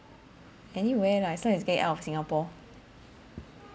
anywhere lah as long as get out of singapore